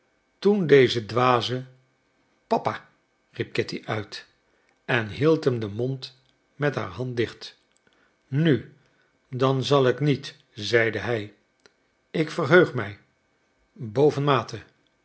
toen deze dwaze papa riep kitty uit en hield hem den mond met haar hand dicht nu dan zal ik niet zeide hij ik verheug mij boven mate